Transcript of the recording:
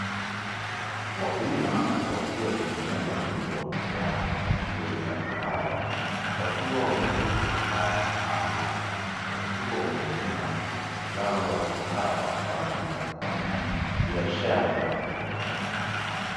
Wakulima wakiwa kwenye shamba kubwa la miche ya kahawa wakiwa wameshika kifaa maalumu, wakiwa wanavuna zao la kahawa kwaajili ya kufanya biashara.